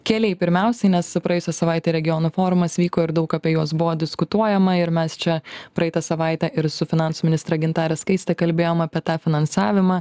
keliai pirmiausiai nes praėjusią savaitę regionų forumas vyko ir daug apie juos buvo diskutuojama ir mes čia praeitą savaitę ir su finansų ministre gintare skaiste kalbėjom apie tą finansavimą